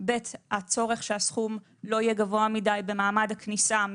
וכן הצורך שהסכום לא יהיה גבוה מדיי במעמד הכניסה,